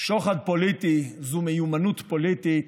שוחד פוליטי זו מיומנות פוליטית,